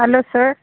hello sir